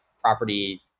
property